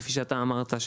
כפי שאתה אמרת,